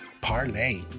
Parlay